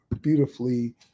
beautifully